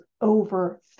over